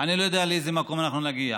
אני לא יודע לאיזה מקום אנחנו נגיע.